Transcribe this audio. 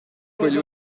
quegli